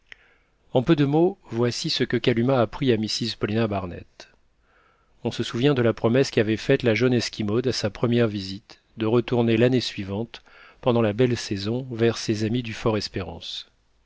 en peu de mots voici ce que kalumah apprit à mrs paulina barnett on se souvient de la promesse qu'avait faite la jeune esquimaude à sa première visite de retourner l'année suivante pendant la belle saison vers ses amis du